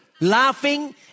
Laughing